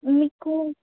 మీకు